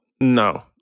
no